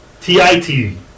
T-I-T